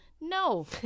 No